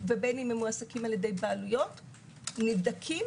ובין אם מועסקים על-ידי בעלויות נבדקים,